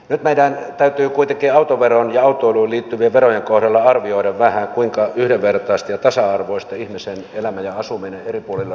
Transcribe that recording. nyt meidän täytyy kuitenkin autoveron ja autoiluun liittyvien verojen kohdalla arvioida vähän kuinka yhdenvertaista ja tasa arvoista ihmisten elämä ja asuminen eri puolilla suomea on